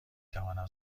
توانم